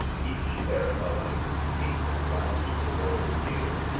each bearing a lighted taper round the royal bier,